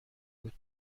بود